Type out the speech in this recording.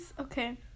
Okay